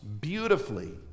beautifully